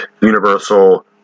universal